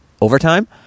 overtime